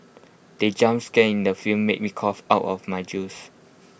the jump scare in the film made me cough out of my juice